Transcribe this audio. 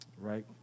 Right